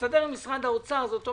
זאת אומרת,